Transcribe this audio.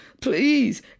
Please